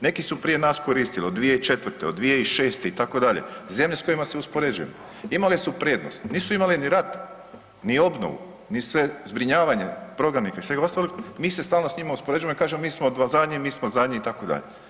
Neki su prije nas koristili od 2004. od 2006., zemlje s kojima se uspoređujemo, imale su prednost, nisu imale ni rat, ni obnovu ni sve zbrinjavanje prognanika i svega ostalo, mi se stalno s njima uspoređujemo i kažemo mi smo zadnji, mi smo zadnji itd.